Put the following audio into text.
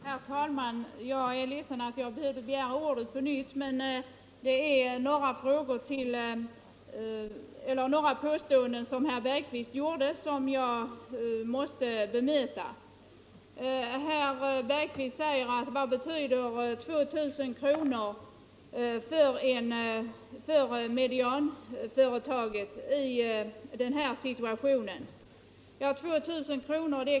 Herr talman! Jag är ledsen att jag behövde begära ordet på nytt, men herr Bergqvist kom med några påståenden som jag måste bemöta. Herr Bergqvist undrade vad 2000 kr. betyder för medianföretaget i 45 den här situationen. Ja, 2 000 kr.